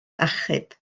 achub